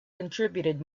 contributed